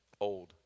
old